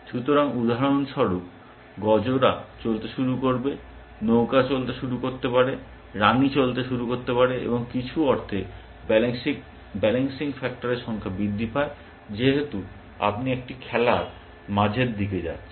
সুতরাং উদাহরণস্বরূপ গজরা চলতে শুরু করতে পারে নৌকা চলতে শুরু করতে পারে রানী চলতে শুরু করতে পারে এবং কিছু অর্থে ব্যালেন্সিং ফ্যাক্টরের সংখ্যা বৃদ্ধি পায় যেহেতু আপনি একটি খেলার মাঝের দিকে যাচ্ছেন